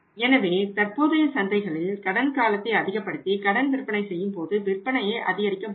எனவே தற்போதைய சந்தைகளில் கடன் காலத்தை அதிகப்படுத்தி கடன் விற்பனை செய்யும்போது விற்பனையை அதிகரிக்க முடியும்